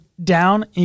down